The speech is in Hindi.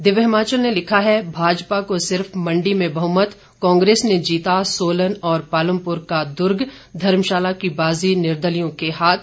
दिव्य हिमाचल ने लिखा है भाजपा को सिर्फ मंडी में बहुमत कांग्रेस ने जीता सोलन और पालमपुर का दूर्ग धर्मशाला की बाजी निर्दलीयों के हाथ